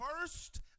first